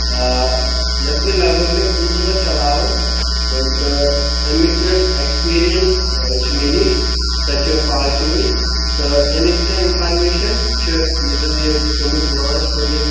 آں یتھ گے لگ بگ مےٚ پٕنژٕہ دۄہ چلاوان تہٕ امیِچ یۄس ایٚکٕسپیرینٕس چھِ مےٚ نِش سۄ چھِ پازٹِوٕے تہٕ امیِچ کانٛہہ انفارمیشن چھِ یہِ زن یہِ یہِ چھُ گوٚمُت لانٛچ کوٚر یہِ